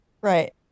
right